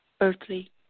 earthly